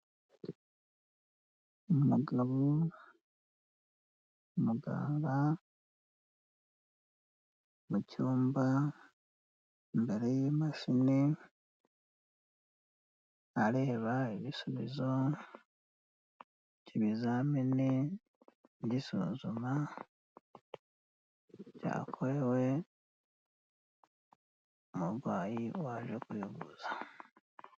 Umugabo w'umuganga mu cyumba imbere y'imashini areba ibisubizo by'ibizamini by'isuzuma byakorewe umurwayi waje kwivuza.